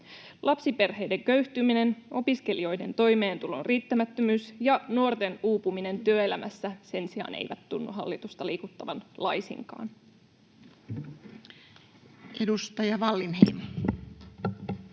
Lapsiperheiden köyhtyminen, opiskelijoiden toimeentulon riittämättömyys ja nuorten uupuminen työelämässä sen sijaan eivät tunnu hallitusta liikuttavan laisinkaan. [Speech 139] Speaker: